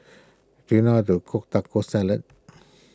do you know how to cook Taco Salad